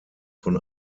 von